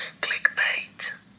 Clickbait